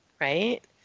Right